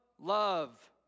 love